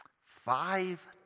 Five